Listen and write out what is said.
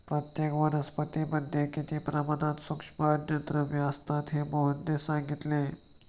प्रत्येक वनस्पतीमध्ये किती प्रमाणात सूक्ष्म अन्नद्रव्ये असतात हे मोहनने सांगितले